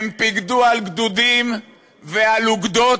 הם פיקדו על גדודים ועל אוגדות.,